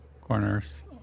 corners